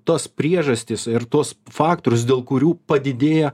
tos priežastys ir tuos faktorius dėl kurių padidėja